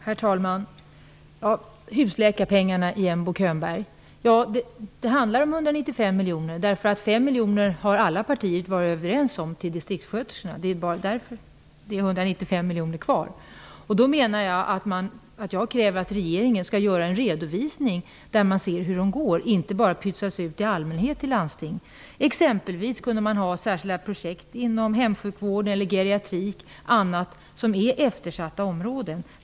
Herr talman! Beträffande husläkarpengarna, Bo Könberg, så handlar det om 195 miljoner. Alla partier har varit överens om 5 miljoner till distriktssköterskorna. Därför är det 195 miljoner kvar. Jag kräver att regeringen skall göra en redovisning där man ser vart dessa pengar går. De får inte bara pytsas ut i allmänhet till landsting. Man kunde exempelvis ha särskilda projekt inom hemsjukvård eller geriatrik eller andra eftersatta områden.